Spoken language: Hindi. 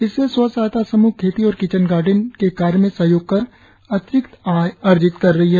इससे स्व सहायता समूह खेती और किचन गार्डेन के कार्य में सहयोग कर अतिरिक्त आय अर्जित कर रही है